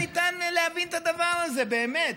כיצד ניתן להבין את הדבר הזה, באמת?